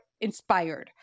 Inspired